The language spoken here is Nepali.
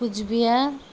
कुच बिहार